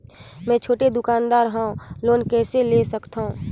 मे छोटे दुकानदार हवं लोन कइसे ले सकथव?